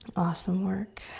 awesome work.